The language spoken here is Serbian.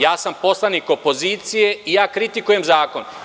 Ja sam poslanik opozicije i kritikujem zakon.